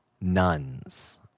nuns